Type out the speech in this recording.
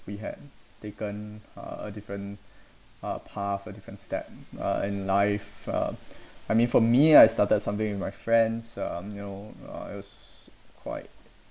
we had taken uh different uh path or different step uh and life uh I mean for me I started something with my friends um you know uh it was quite